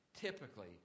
typically